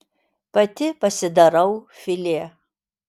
pati pasidarau filė